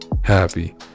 happy